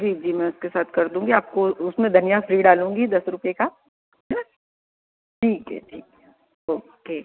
जी जी मैं उसके साथ कर दूँगी आपको उसमें धनिया फ़्री डालूँगी दस रुपये का न ठीक है ठीक है ओके